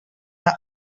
not